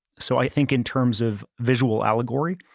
so i think in terms of visual allegory,